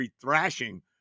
thrashing